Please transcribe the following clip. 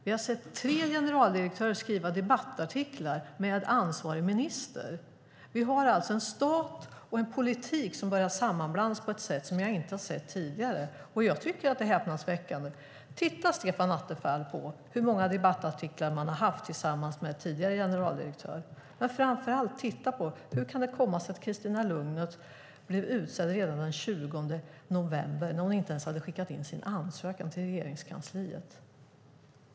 Vi har sett tre generaldirektörer skriva debattartiklar med ansvarig minister. Vi har alltså en stat och en politik som börjar sammanblandas på ett sätt som jag inte har sett tidigare, och jag tycker att det är häpnadsväckande. Titta, Stefan Attefall, på hur många debattartiklar man skrivit tillsammans med tidigare generaldirektörer. Och titta framför allt på hur det kan komma sig att Christina Lugnet blev utsedd redan den 20 november när hon inte ens hade skickat in sin ansökan till Regeringskansliet.